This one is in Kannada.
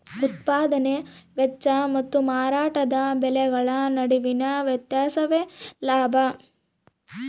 ಉತ್ಪದಾನೆ ವೆಚ್ಚ ಮತ್ತು ಮಾರಾಟದ ಬೆಲೆಗಳ ನಡುವಿನ ವ್ಯತ್ಯಾಸವೇ ಲಾಭ